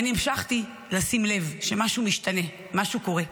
ואני המשכתי לשים לב שמשהו משתנה, משהו קורה.